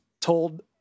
told